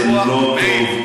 זה לא טוב.